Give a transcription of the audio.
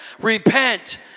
repent